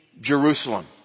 Jerusalem